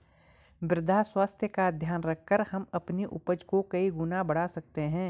मृदा स्वास्थ्य का ध्यान रखकर हम अपनी उपज को कई गुना बढ़ा सकते हैं